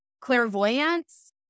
clairvoyance